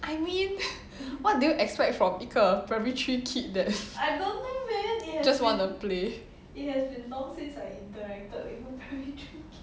I mean what do you expect from 一个 primary three kid that just want to play